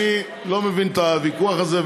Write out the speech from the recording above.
אני לא מבין את הוויכוח הזה,